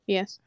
Yes